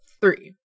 three